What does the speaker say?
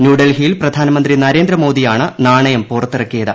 ന്യൂഡൽഹിയിൽ പ്രധാനമന്ത്രി നരേന്ദ്രമോദിയാണ് നാണയം പുറത്തിറക്കിയത്